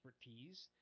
expertise